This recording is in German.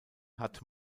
hat